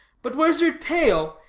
but where's your tail?